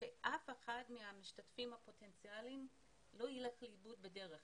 שאף אחד מהמשתתפים הפוטנציאליים לא ילך לאיבוד בדרך